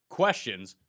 questions